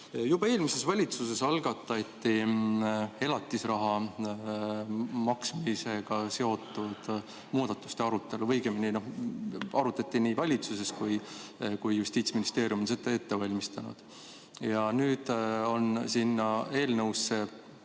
Juba eelmises valitsuses algatati elatisraha maksmisega seotud muudatuste arutelu, õigemini, seda arutati valitsuses, kui Justiitsministeerium oli seda ette valmistanud. Nüüd on sinna eelnõusse